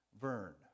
Vern